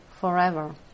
forever